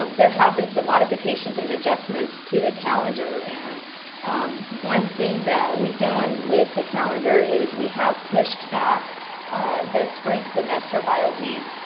um there have been some modifications and adjustments to the calendar, and um one thing that we've done with the calendar is we have pushed back the spring semester by a week,